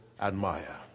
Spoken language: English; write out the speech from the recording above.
admire